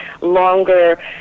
longer